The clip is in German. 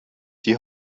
die